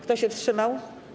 Kto się wstrzymał?